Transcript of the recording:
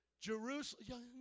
Jerusalem